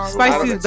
Spicy